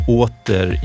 åter